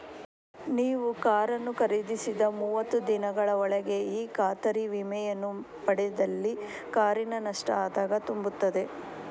ನೀವು ಕಾರನ್ನು ಖರೀದಿಸಿದ ಮೂವತ್ತು ದಿನಗಳ ಒಳಗೆ ಈ ಖಾತರಿ ವಿಮೆಯನ್ನ ಪಡೆದಲ್ಲಿ ಕಾರಿನ ನಷ್ಟ ಆದಾಗ ತುಂಬುತ್ತದೆ